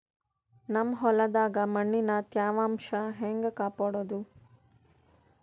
ನಮ್ ಹೊಲದಾಗ ಮಣ್ಣಿನ ತ್ಯಾವಾಂಶ ಹೆಂಗ ಕಾಪಾಡೋದು?